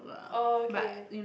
okay